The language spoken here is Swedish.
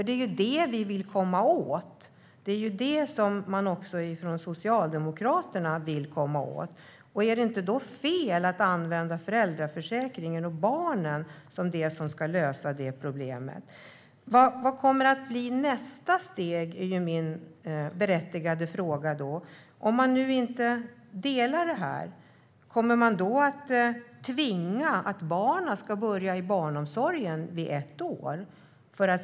Det är vad vi vill komma åt, och det är vad Socialdemokraterna vill komma åt. Är det då inte fel att använda föräldraförsäkringen och barnen för att lösa problemet? Vad kommer att bli nästa steg? är min berättigade fråga. Om man nu inte delar denna uppfattning, måste barnen tvingas in i barnomsorgen vid ett års ålder?